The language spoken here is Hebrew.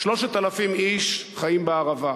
3,000 איש חיים בערבה,